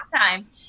time